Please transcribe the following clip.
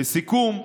לסיכום,